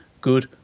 good